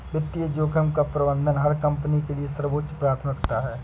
वित्तीय जोखिम का प्रबंधन हर कंपनी के लिए सर्वोच्च प्राथमिकता है